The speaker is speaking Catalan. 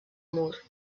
mur